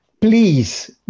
Please